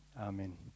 Amen